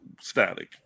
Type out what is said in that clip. Static